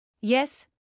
Yes